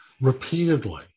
repeatedly